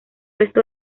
resto